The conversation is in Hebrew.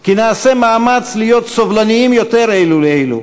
כי נעשה מאמץ להיות סובלניים יותר אלו לאלו,